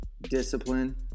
Discipline